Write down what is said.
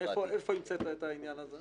המצאת את העניין הזה?